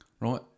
right